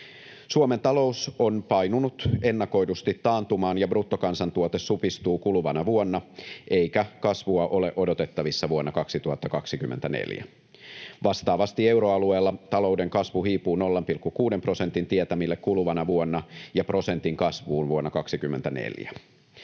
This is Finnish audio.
Suomen talous on painunut ennakoidusti taantumaan, bruttokansantuote supistuu kuluvana vuonna, eikä kasvua ole odotettavissa vuonna 2024. Vastaavasti euroalueella talouden kasvu hiipuu 0,6 prosentin tietämille kuluvana vuonna ja prosentin kasvuun vuonna 24.